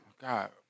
God